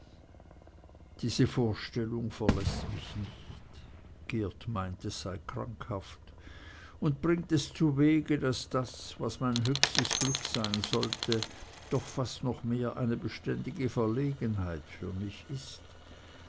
diese vorstellung verläßt mich nicht geert meint es sei krankhaft und bringt es zuwege daß das was mein höchstes glück sein sollte doch fast noch mehr eine beständige verlegenheit für mich ist